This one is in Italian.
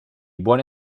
buone